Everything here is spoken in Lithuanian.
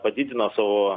padidino savo